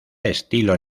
estilo